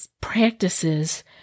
practices